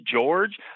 George